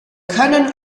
können